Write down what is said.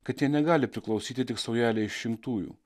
kad jie negali priklausyti tik saujelei išrinktųjų